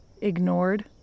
ignored